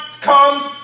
comes